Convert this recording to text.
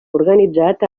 organitzat